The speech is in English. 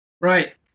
Right